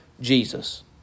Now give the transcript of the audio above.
Jesus